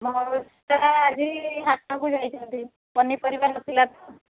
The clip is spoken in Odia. ମଉସା ଆଜି ହାଟକୁ ଯାଇଛନ୍ତି ପନିପରିବା ନଥିଲା ତ